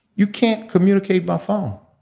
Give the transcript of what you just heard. you can't communicate by phone.